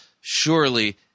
surely